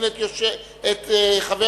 בעד, 28, נגד, 1, ואין נמנעים.